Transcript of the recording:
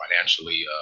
financially